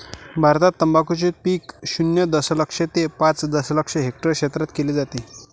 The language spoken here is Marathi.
भारतात तंबाखूचे पीक शून्य दशलक्ष ते पाच दशलक्ष हेक्टर क्षेत्रात घेतले जाते